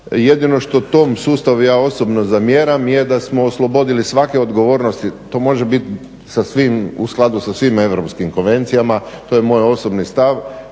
jedino što tom sustavu ja osobnom zamjeram je da smo oslobodili svake odgovornosti, to može biti u skladu sa svim europskim konvencija, to je moj osobni stav